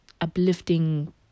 uplifting